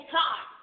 time